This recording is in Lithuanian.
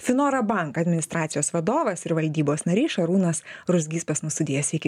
finora bank administracijos vadovas ir valdybos narys šarūnas ruzgys pas mus studijoje sveiki